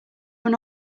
were